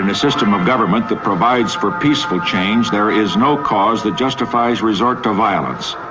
and system of government that provides for peaceful change there is no cause that justifies resort to violence.